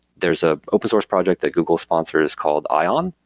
there's a open source project that google sponsored, is called ion.